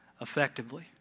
effectively